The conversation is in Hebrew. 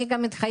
אני גם מתחייבת,